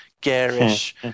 garish